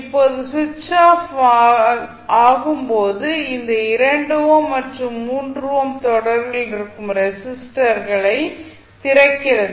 இப்போது சுவிட்ச் ஆஃப் ஆகும்போது அது 2 ஓம் மற்றும் 3 ஓம் தொடரில் இருக்கும் ரெசிஸ்டர்களை திறக்கிறது